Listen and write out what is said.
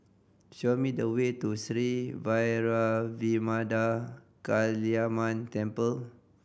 show me the way to Sri Vairavimada Kaliamman Temple